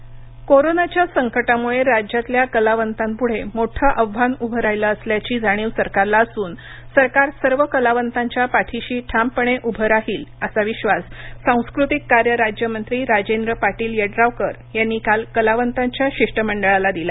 कलावंत आधान कोरोनाच्या संकटामुळे राज्यातल्या कलावंतांपुढे मोठं आव्हान उभं राहिलं असल्याची जाणीव सरकारला असून सरकार सर्व कलावंतांच्या पाठीशी ठामपणे उभं राहील असा विश्वास सांस्कृतिक कार्य राज्यमंत्री राजेंद्र पाटील यड्रावकर यांनी कालकलावंतांच्या शिष्टमंडळाला दिला